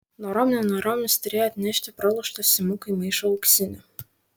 norom nenorom jis turėjo atnešti praloštą simukui maišą auksinių